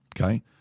Okay